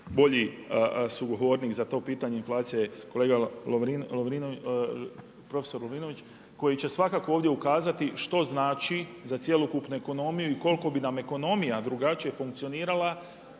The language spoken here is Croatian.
puno sugovornik za to pitanje inflacije je kolega profesor Lovrinović, koji će svakako ovdje ukazati, što znači za cjelokupnu ekonomiju, i koliko bi nam ekonomija drugačije funkcionirala.